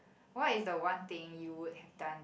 what is the one thing you would have done